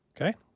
Okay